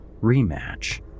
rematch